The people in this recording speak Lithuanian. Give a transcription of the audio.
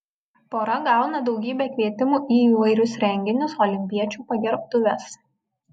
pora gauna daugybę kvietimų į įvairius renginius olimpiečių pagerbtuves